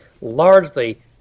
largely